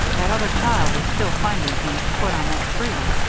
that other child is still finding things to put on that tree.